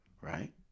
Right